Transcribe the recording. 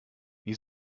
wie